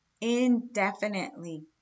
indefinitely